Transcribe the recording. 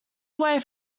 away